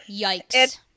Yikes